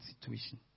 situation